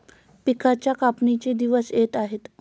पिकांच्या कापणीचे दिवस येत आहेत